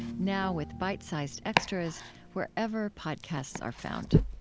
now with bite-sized extras wherever podcasts are found